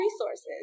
resources